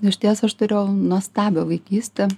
išties aš turėjau nuostabią vaikystę